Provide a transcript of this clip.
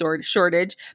shortage